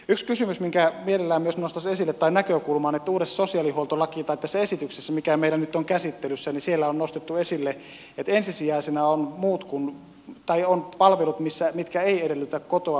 yksi näkökulma minkä mielelläni nostaisin esille on se että uutta sosiaalihuoltolakia koskevassa esityksessä mikä meillä nyt on käsittelyssä on nostettu esille se että ensisijaisena ovat palvelut mitkä eivät edellytä kotoa muuttamista